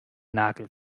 nagel